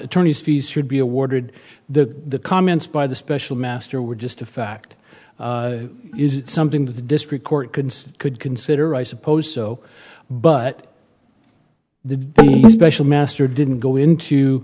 attorneys fees should be awarded the comments by the special master were just a fact is something that the district court considers could consider i suppose so but the special master didn't go into